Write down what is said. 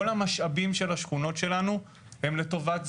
כל המשאבים של השכונות שלנו הם לטובת זרים,